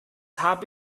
habe